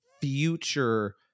future